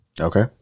Okay